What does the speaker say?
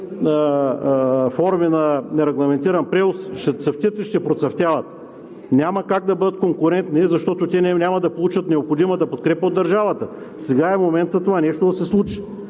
форми на нерегламентиран превоз ще цъфтят и ще процъфтяват. Няма как да бъдат конкурентни, защото те няма да получат необходимата подкрепа от държавата. Сега е моментът това нещо да се случи.